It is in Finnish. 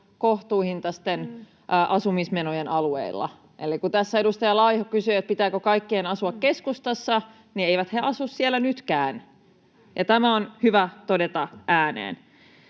kohtuuhintaisten asumismenojen alueilla. Eli kun tässä edustaja Laiho kysyi, että pitääkö kaikkien asua keskustassa, niin eivät he asu siellä nytkään. Tämä on hyvä todeta ääneen.